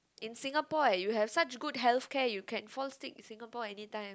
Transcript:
in Singapore eh you have such good healthcare you can fall sick in Singapore anytime